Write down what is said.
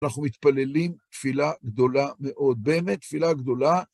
אנחנו מתפללים תפילה גדולה מאוד, באמת תפילה גדולה.